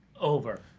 Over